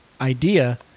idea